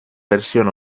versión